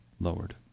lowered